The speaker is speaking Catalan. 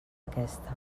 aquesta